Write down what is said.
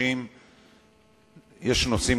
בסדר.